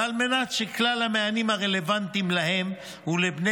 ועל מנת שכלל המענים הרלוונטיים להם ולבני